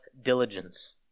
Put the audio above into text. diligence